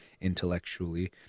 intellectually